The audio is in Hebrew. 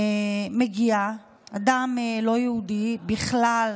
מגיע אדם לא יהודי בכלל,